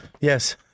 Yes